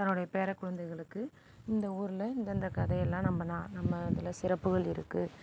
தன்னோடைய பேர குழந்தைகளுக்கு இந்த ஊரில் இந்தந்த கதையெல்லாம் நம்ப நம்ம இதில் சிறப்புகள் இருக்குது